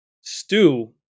stew